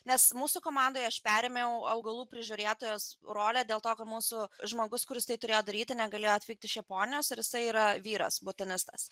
nes mūsų komandoje aš perėmiau augalų prižiūrėtojos rolę dėl to kad mūsų žmogus kuris tai turėjo daryti negalėjo atvykti iš japonijos ir jisai yra vyras botanistas